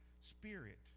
spirit